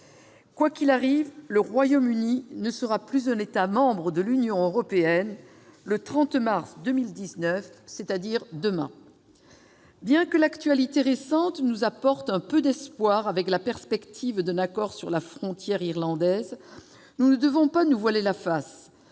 Quoi qu'il arrive, le Royaume-Uni ne sera plus un État membre de l'Union européenne le 30 mars 2019, c'est-à-dire demain. Bien que l'actualité récente nous apporte un peu d'espoir, avec la perspective d'un accord sur la frontière irlandaise, nous ne devons pas nous voiler la face